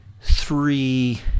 three